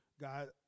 God